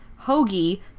Hoagie